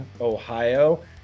Ohio